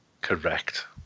Correct